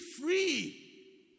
free